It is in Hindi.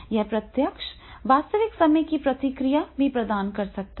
यह प्रत्यक्ष वास्तविक समय की प्रतिक्रिया भी प्रदान कर सकता है